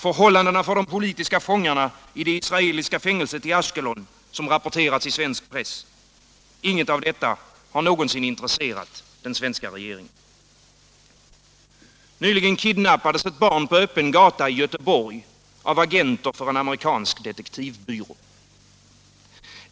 Förhållandena för de politiska fångarna i det israeliska fängelset i Ashkelon, som rapporterats i svensk press. - Inget av detta har någonsin intresserat den svenska regeringen. Nyligen kidnappades ett barn på öppen gata i Göteborg av agenter för en amerikansk detektivbyrå.